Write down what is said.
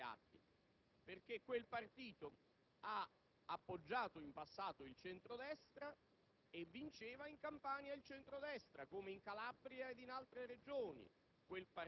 E voglio ricordare che quel partito è stato determinante per riavere il Governo di quella Regione Campania, dove si sono consumati i reati. Quel partito ha